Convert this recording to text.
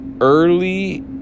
early